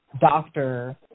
doctor